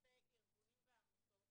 כלפי ארגונים ועמותות